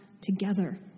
together